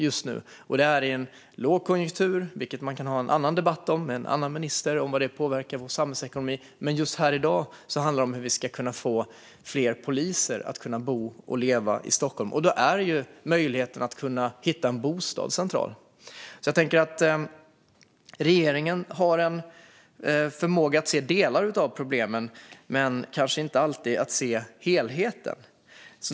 Det sker i en lågkonjunktur, och man kan ha en annan debatt med en annan minister om hur det påverkar vår samhällsekonomi. I dag handlar det om hur fler poliser ska kunna bo och leva i Stockholm. Då är möjligheten att hitta bostad central. Regeringen har en förmåga att se delar av problemen men kanske inte alltid helheten.